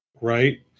Right